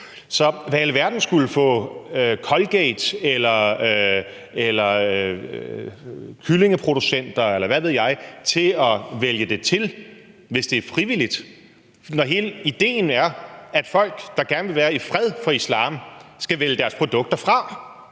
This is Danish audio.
Så hvad i alverden skulle få Colgate, kyllingeproducenter, eller hvad ved jeg, til at vælge det til, hvis det er frivilligt, når hele idéen er, at folk, der gerne vil være i fred for islam, skal kunne vælge deres produkter fra?